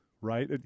right